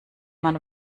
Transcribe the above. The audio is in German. man